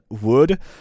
Wood